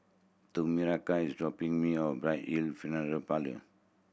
Tomeka is dropping me off at Bright Hill Funeral Parlour